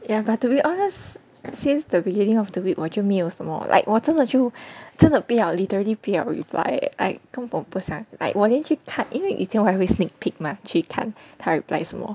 ya but to be honest since the beginning of the week 我就没有什么 like 我真的就真的不要 literally 不要 reply leh like I 根本不想 like 我连续看因为以前我还会 sneak peek mah 去看他 reply 什么